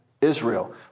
Israel